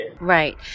Right